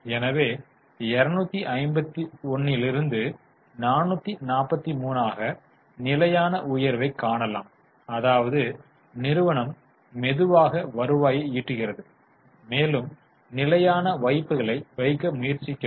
எனவே 251 இலிருந்து 443 ஆக நிலையான உயர்வைக் காணலாம் அதாவது நிறுவனம் மெதுவாக வருவாய் ஈட்டுகிறது மேலும் நிலையான வைப்புக்களை வைக்க முயற்சிக்கிறது